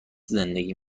زندگی